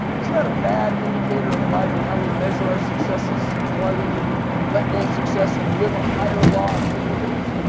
it's not a bad indicator of life and how we measure our successes, and why we need to let go of success and live a higher law of significance.